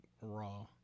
raw